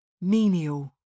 Menial